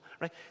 right